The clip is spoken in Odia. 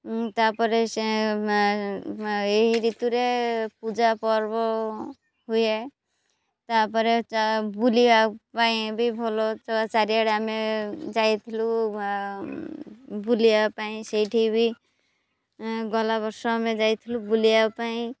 ତା'ପରେ ସେ ଏହି ଋତୁରେ ପୂଜା ପର୍ବ ହୁଏ ତା'ପରେ ବୁଲିବା ପାଇଁ ବି ଭଲ ତ ଚାରିଆଡ଼େ ଆମେ ଯାଇଥିଲୁ ବୁଲିବା ପାଇଁ ସେଇଠି ବି ଗଲା ବର୍ଷ ଆମେ ଯାଇଥିଲୁ ବୁଲିବା ପାଇଁ